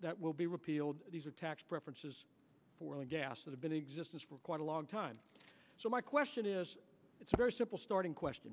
that will be repealed these are tax preferences for oil and gas that have been in existence for quite a long time so my question is it's a very simple starting question